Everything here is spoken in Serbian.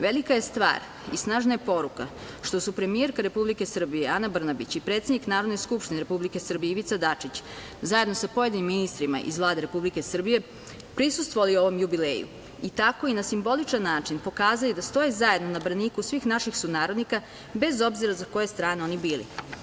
Velika je stvar i snažna je poruka što su premijerka Republike Srbije, Ana Brnabić, i predsednik Narodne skupštine Republike Srbije, Ivica Dačić, zajedno sa pojedinim ministrima iz Vlade Republike Srbije, prisustvovali ovom jubileju i tako i na simboličan način pokazali da stoje zajedno na braniku svih naših sunarodnika, bez obzira za koje strane oni bili.